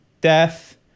death